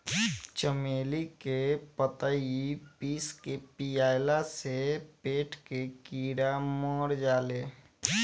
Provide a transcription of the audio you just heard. चमेली के पतइ पीस के पियला से पेट के कीड़ा मर जाले